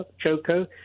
choco